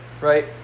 right